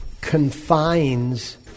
confines